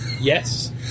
Yes